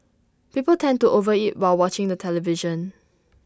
people tend to over eat while watching the television